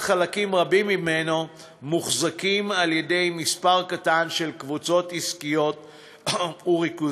חלקים רבים ממנו מוחזקים על-ידי מספר קטן של קבוצות עסקיות וריכוזיות.